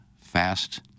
fast